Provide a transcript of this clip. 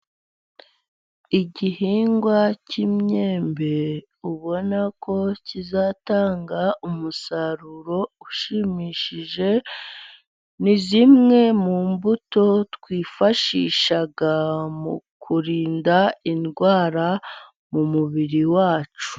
Igihingwa cy'imyembe, ubona ko kizatanga umusaruro ushimishije, ni zimwe mu mbuto twifashisha mu kurinda indwara mu mubiri wacu.